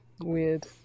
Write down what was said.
weird